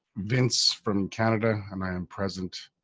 vince from canada and i am present.